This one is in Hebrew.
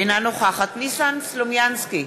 אינה נוכחת ניסן סלומינסקי,